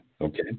Okay